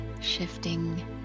shifting